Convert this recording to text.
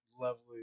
lovely